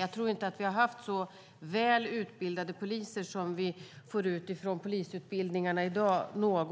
Jag tror inte att vi någonsin har haft så väl utbildade poliser som vi får ut från polisutbildningarna i dag.